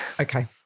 Okay